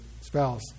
spouse